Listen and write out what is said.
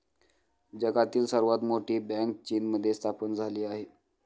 जगातील सर्वात मोठी बँक चीनमध्ये स्थापन झाली आहे